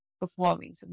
performing